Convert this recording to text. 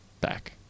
back